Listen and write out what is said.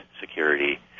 Security